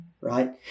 Right